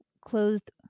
closed